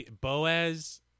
Boaz